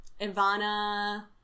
ivana